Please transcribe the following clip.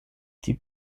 die